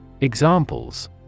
Examples